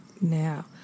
now